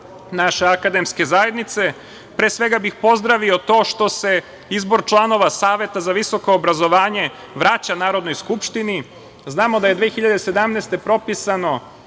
naše akademske zajednice. Pre svega bih pozdravio to što se izbor članova Saveta za visoko obrazovanje vraća Narodnoj skupštini. Znamo da je 2017. godine